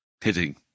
Hitting